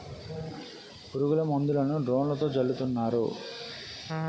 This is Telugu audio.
పురుగుల మందులను డ్రోన్లతో జల్లుతున్నారు